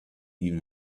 even